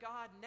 God